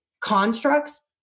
constructs